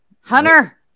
Hunter